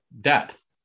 depth